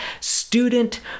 student